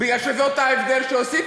כי זאת האפליה שעושים?